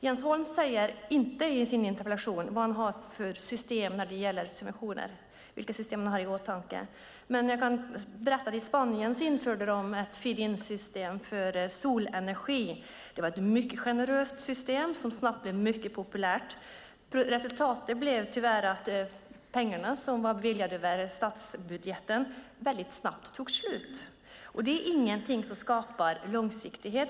Jens Holm säger inte i sin interpellation vad han har för system i åtanke när det gäller subventioner. Jag kan berätta att i Spanien införde de ett feed in-system för solenergi. Det var ett mycket generöst system som snabbt blev mycket populärt. Resultatet blev tyvärr att pengarna som var beviljade via statsbudgeten väldigt snabbt tog slut, och det är ingenting som skapar långsiktighet.